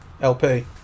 LP